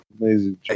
amazing